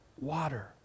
water